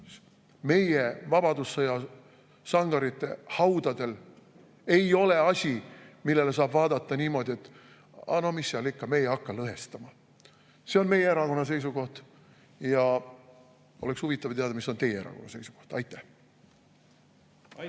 meie vabadussõja sangarite haudadel ei ole asi, millele saab vaadata niimoodi: "Ah, mis seal ikka, me ei hakka lõhestama." See on meie erakonna seisukoht. Oleks huvitav teada, mis on teie erakonna seisukoht. Aitäh!